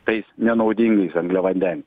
tais nenaudingais angliavandeniais